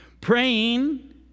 Praying